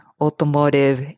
automotive